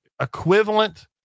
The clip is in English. equivalent